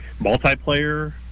Multiplayer